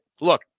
Look